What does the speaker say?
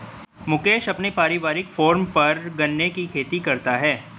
मुकेश अपने पारिवारिक फॉर्म पर गन्ने की खेती करता है